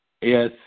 Yes